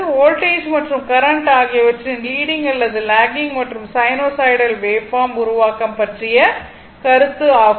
voltage மற்றும் current ஆகியவற்றின் leading அல்லது லாகிங் மற்றும் சைனூசாய்டல் வேவ்பார்ம் உருவாக்கம் பற்றிய கருத்து ஆகும்